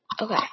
Okay